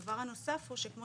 הדבר הנוסף הוא שכמו